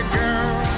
girl